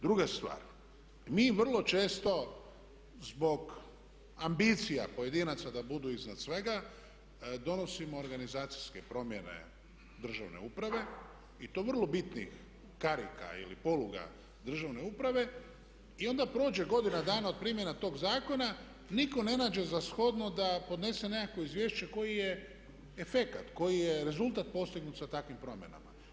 Druga stvar, mi vrlo često zbog ambicija pojedinaca da budu iznad svega donosimo organizacijske promjene državne uprave i to vrlo bitnih karika ili poluga državne uprave i onda prođe godina dana od primjena toga zakona nitko ne nađe za shodno da podnese nekakvo izvješće koji je efekat, koji je rezultat postignut sa takvim promjenama.